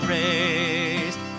raised